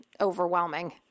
overwhelming